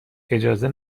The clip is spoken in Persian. اجازه